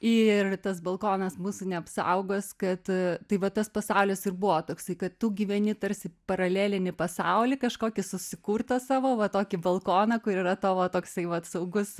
ir tas balkonas mūsų neapsaugos kad tai va tas pasaulis ir buvo toksai kad tu gyveni tarsi paralelinį pasaulį kažkokį susikurtą savo va tokį balkoną kur yra tavo toksai vat saugus